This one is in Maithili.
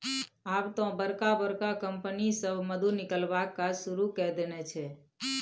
आब तए बड़का बड़का कंपनी सभ मधु निकलबाक काज शुरू कए देने छै